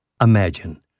Imagine